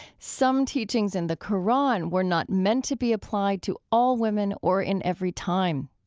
some teachings in the qur'an were not meant to be applied to all women or in every time.